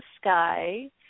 Sky